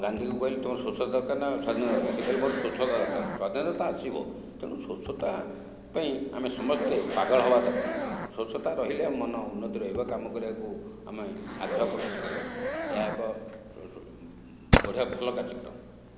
ଗାନ୍ଧୀଙ୍କୁ କହିଲେ ତୁମର ସ୍ୱଚ୍ଛତା ଦରକାର ନା ସ୍ୱାଧୀନତା ଦରକାର ସେ କହିଲେ ମୋର ସ୍ୱଚ୍ଛତା ଦରକାର ସ୍ୱାଧୀନତା ତ ଆସିବ ତେଣୁ ସ୍ୱଚ୍ଛତା ପାଇଁ ଆମେ ସମସ୍ତେ ପାଗଳ ହେବା ଦରକାର ସ୍ୱଚ୍ଛତା ରହିଲେ ମନ ଉନ୍ନତି ରହିବ କାମ କରିବାକୁ ଆମେ ଆଗ୍ରହ ପ୍ରକାଶ କରିବା ଏହା ଏକ ବଢ଼ିଆ ଭଲ କାର୍ଯ୍ୟକ୍ରମ